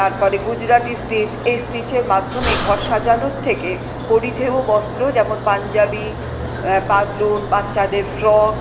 তারপরে গুজরাটি স্টিচ এই স্টিচের মাধ্যমে ঘর সাজানোর থেকে পরিধেয় বস্ত্র যেমন পাঞ্জাবি পাতলুন বাচ্চাদের ফ্রক